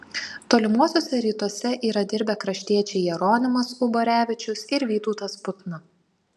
tolimuosiuose rytuose yra dirbę kraštiečiai jeronimas uborevičius ir vytautas putna